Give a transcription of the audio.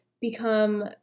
become